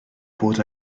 bod